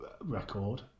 record